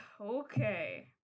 Okay